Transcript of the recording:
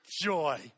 Joy